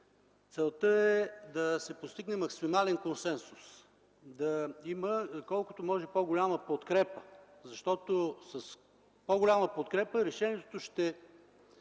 решаване) да се постигне максимален консенсус, да има колкото може по-голяма подкрепа, защото с по-голяма подкрепа решението ще